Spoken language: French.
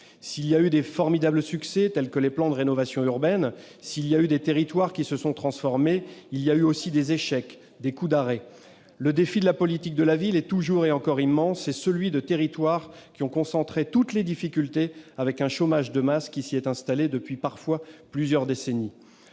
s'il y a eu de formidables succès, tels que les plans de rénovation urbaine, si des territoires se sont transformés, il y a eu aussi des échecs, des coups d'arrêt. Le défi de la politique de la ville est toujours et encore immense. C'est celui de territoires qui ont concentré toutes les difficultés, avec un chômage de masse qui s'y est installé depuis parfois plusieurs décennies.